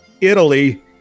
Italy